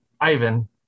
ivan